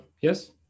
yes